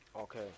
Okay